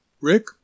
Rick